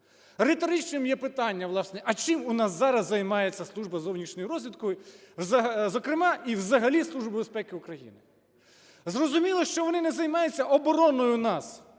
Риторичним є питання, власне, а чим у нас зараз займається Служба зовнішньої розвідки, зокрема, і взагалі Служба безпеки України? Зрозуміло, що вони не займаються обороною нас